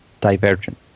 divergent